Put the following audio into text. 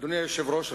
אדוני היושב-ראש,